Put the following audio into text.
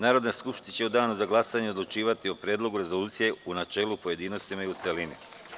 Narodna skupština će u Danu za glasanje odlučivati o Predlogu rezolucije u načelu, pojedinostima i u celini.